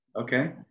okay